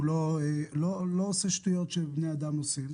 הוא לא עושה שטויות שעושים בני אדם.